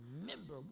remember